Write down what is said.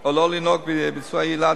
או לא לינוק בצורה יעילה,